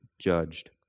judged